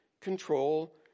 control